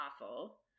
awful